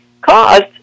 caused